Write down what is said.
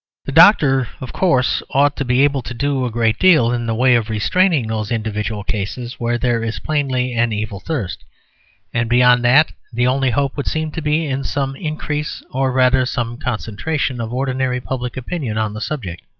the doctor, of course, ought to be able to do a great deal in the way of restraining those individual cases where there is plainly an evil thirst and beyond that the only hope would seem to be in some increase, or, rather, some concentration of ordinary public opinion on the subject.